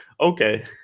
okay